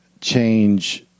change